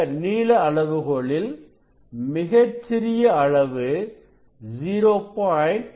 இந்த நீளஅளவுகோலில் மிகச்சிறிய அளவு 0